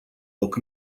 loc